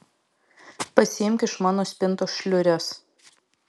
pasiimk iš mano spintos šliures